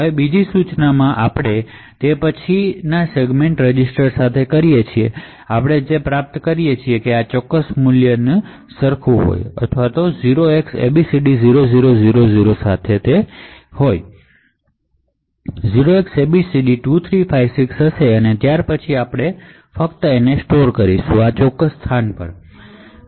હવે બીજી ઇન્સટ્રકશનમાં આપણે તેને સેગમેન્ટ રજિસ્ટર સાથે or કરીએ છીએ જેથી આપણે જે પ્રાપ્ત કરીએ છીએ તે આ r30 માં આ મૂલ્ય છે અને તેને 0xabcd0000 સાથે or કરવાથી આ 0xabcd2356 મળશે અને પછી આપણે તેને સંગ્રહિત કરીશું અથવા આ સ્થાન પર જંપ કરશું